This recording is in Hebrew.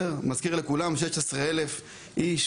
אני מזכיר לכולם שמדובר על 16,000 איש